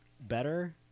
better